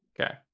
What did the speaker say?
Okay